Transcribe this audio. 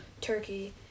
turkey